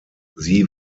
sie